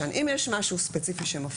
אם יש משהו ספציפי שמפריע